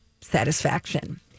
satisfaction